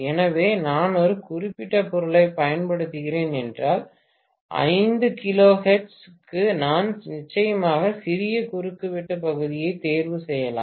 எனவே நான் ஒரு குறிப்பிட்ட பொருளைப் பயன்படுத்துகிறேன் என்றால் 5 kHz க்கு நான் நிச்சயமாக சிறிய குறுக்கு வெட்டு பகுதியை தேர்வு செய்யலாம்